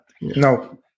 No